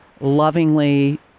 lovingly